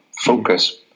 focus